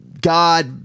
God-